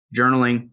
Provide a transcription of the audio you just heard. journaling